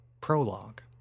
prologue